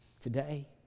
Today